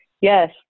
yes